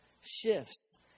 shifts